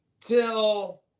till